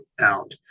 out